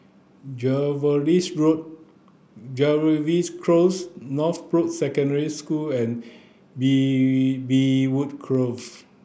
Jervois Road Jervois Close Northbrooks Secondary School and Bee Beechwood Grove